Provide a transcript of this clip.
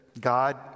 God